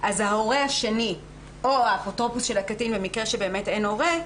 אז ההורה השני או האפוטרופוס של הקטין במקרה שאין הורה,